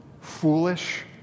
foolish